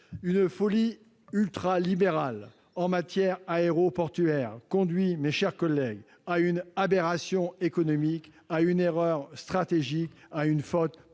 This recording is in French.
Une folie ultralibérale en matière aéroportuaire conduit, mes chers collègues, à une aberration économique, à une erreur stratégique, à une faute politique